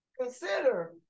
consider